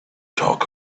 talk